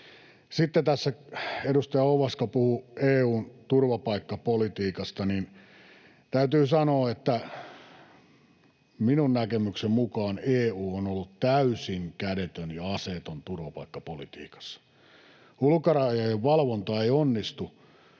Sitten tässä edustaja Ovaska puhui EU:n turvapaikkapolitiikasta. Täytyy sanoa, että minun näkemykseni mukaan EU on ollut täysin kädetön ja aseeton turvapaikkapolitiikassa. Ulkorajojen valvonta ei onnistu,